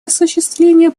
осуществлению